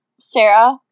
Sarah